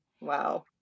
Wow